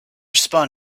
spun